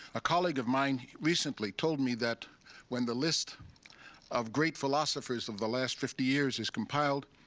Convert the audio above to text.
a colleague of mine recently told me that when the list of great philosophers of the last fifty years is compiled,